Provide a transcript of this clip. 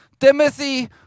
Timothy